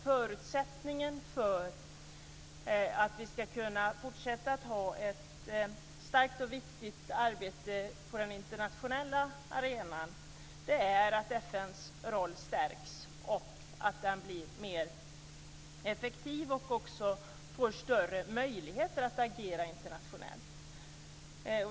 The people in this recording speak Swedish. Förutsättningen för att vi ska kunna fortsätta att ha ett starkt och viktigt arbete på den internationella arenan är att FN:s roll stärks och att FN blir mer effektivt och får större möjligheter att agera internationellt.